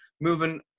moving